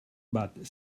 but